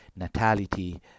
natality